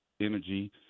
energy